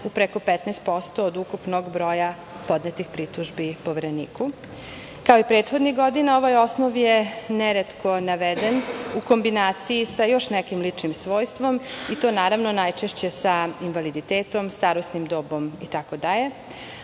u preko 15% od ukupnog broja podnetih pritužbi Povereniku. Kao i prethodnih godina, ovaj osnov je neretko naveden u kombinaciji sa još nekim ličnim svojstvom, i to, naravno, najčešće sa invaliditetom, starosnim dobom itd.